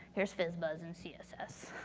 here is fizzbuzz in css.